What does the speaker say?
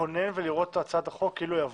להתכונן ולראות את הצעת החוק כאילו היא עברה,